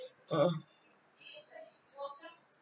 mmhmm